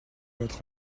votre